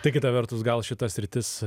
tai kita vertus gal šita sritis